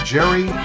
Jerry